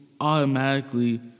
automatically